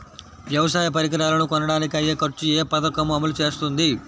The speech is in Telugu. వ్యవసాయ పరికరాలను కొనడానికి అయ్యే ఖర్చు ఏ పదకము అమలు చేస్తుంది?